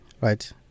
right